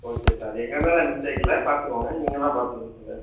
okay sir எங்கள் மேலே mistake இல்லை பார்த்துக்கோங்க நீங்க தான் பார்த்துக்கணும் அதை